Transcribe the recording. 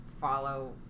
follow